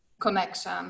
connection